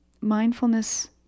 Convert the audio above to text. mindfulness